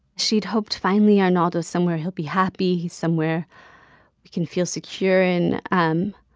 she'd hoped, finally, arnaldo's somewhere he'll be happy, somewhere he can feel secure in. um